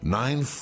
nine